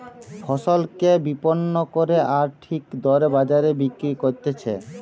ফসলকে বিপণন করে আর ঠিক দরে বাজারে বিক্রি করতিছে